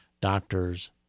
Doctors